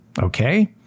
Okay